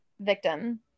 victim